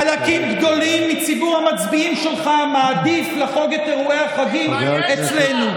חלקים גדולים מציבור המצביעים שלך מעדיפים לחוג את אירועי החגים אצלנו.